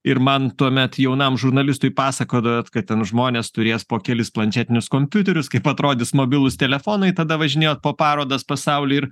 ir man tuomet jaunam žurnalistui pasakodavot kad ten žmonės turės po kelis planšetinius kompiuterius kaip atrodys mobilūs telefonai tada važinėjot po parodas pasauly ir